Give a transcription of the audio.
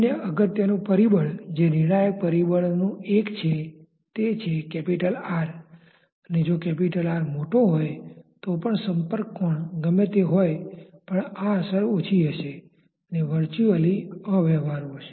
અન્ય અગત્યનું પરિબળ જે નિર્ણાયક પરિબળોમાંનું એક છે તે છે R અને જો R મોટો હોય તો પણ સંપર્ક કોણ ગમે તે હોય પણ આ અસર ઓછી હશે અને વર્ચ્યુઅલી અવ્યવહારુ હશે